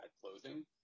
closing